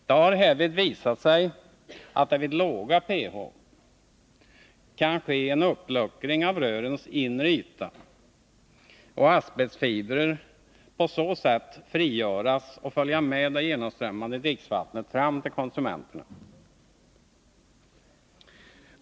Det har härvid visat sig att det vid låga pH-värden kan ske en uppluckring av rörens inre yta och asbestfibrer på så sätt frigöras och följa med det genomströmmande dricksvattnet fram till konsumenterna.